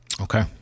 Okay